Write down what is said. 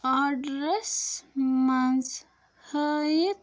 orders مَنٛز ہٲوِتھ